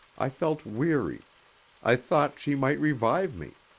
i felt weary i thought she might revive me.